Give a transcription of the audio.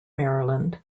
maryland